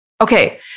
Okay